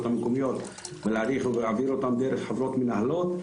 המקומיות ולהעביר אותם דרך חברות מנהלות,